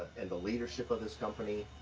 and the leadership of this company,